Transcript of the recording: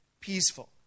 peaceful